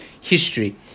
history